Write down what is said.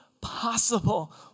possible